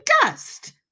dust